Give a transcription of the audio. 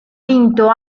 vinto